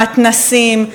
מתנ"סים,